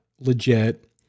legit